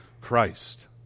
Christ